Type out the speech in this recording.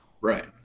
Right